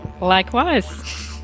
Likewise